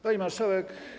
Pani Marszałek!